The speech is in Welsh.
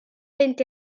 fynd